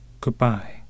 goodbye